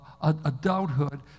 adulthood